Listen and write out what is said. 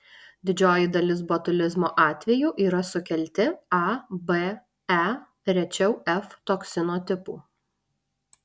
didžioji dalis botulizmo atvejų yra sukelti a b e rečiau f toksino tipų